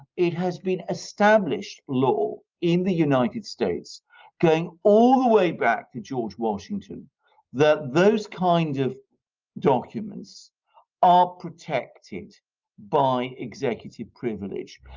it has been established law in the united states going all the way back to george washington that those kind of documents are protected by executive privilege.